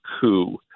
coup